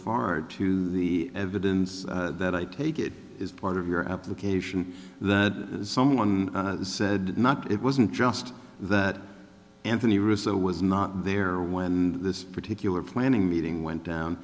far to the evidence that i take it is part of your application that someone said it wasn't just that anthony rizzo was not there when this particular planning meeting went down